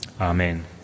Amen